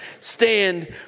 Stand